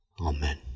Amen